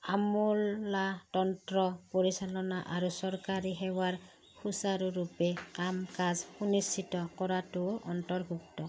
আমোলাতন্ত্ৰ পৰিচালনা আৰু চৰকাৰী সেৱাৰ সুচাৰুৰূপে কাম কাজ সুনিশ্চিত কৰাটো অন্তৰ্ভুক্ত